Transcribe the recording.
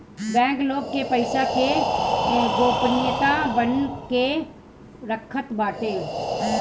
bank लोग के पईसा के गोपनीयता बना के रखत बाटे